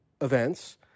events